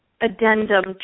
addendum